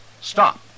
stop